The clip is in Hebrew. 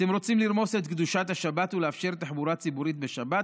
אתם רוצים לרמוס את קדושת השבת ולאפשר תחבורה ציבורית בשבת?